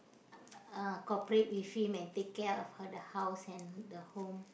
uh uh uh corporate with him and take care of her the house and the home